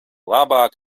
labāk